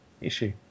issue